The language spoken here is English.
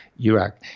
Iraq